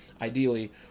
ideally